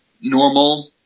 normal